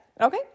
Okay